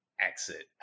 exit